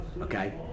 Okay